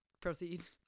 Proceeds